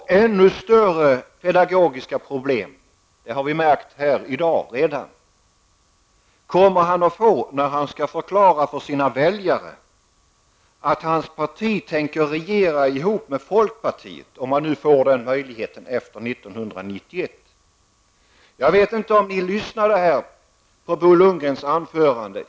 Ännu större pedagogiska problem, och det har vi märkt redan i dag här, kommer han att få när han skall förklara för sina väljare att hans parti tänker regera ihop med folkpartiet -- om han nu får den möjligheten efter valet 1991. Jag vet inte om ni som sitter här i kammaren nu lyssnade på Bo Lundgrens anförande.